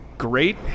Great